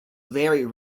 very